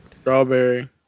Strawberry